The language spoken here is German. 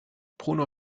bruno